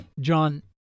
John